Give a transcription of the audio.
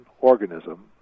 organism